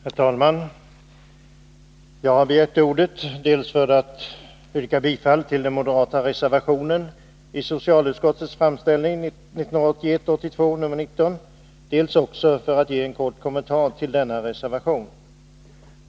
Herr talman! Jag har begärt ordet dels för att yrka bifall till den moderata reservationen i socialutskottets betänkande 1981/82:19, dels också för att ge en kort kommentar till denna reservation.